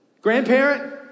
Grandparent